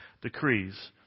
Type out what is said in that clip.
decrees